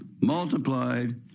multiplied